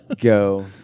Go